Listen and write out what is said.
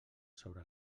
sobre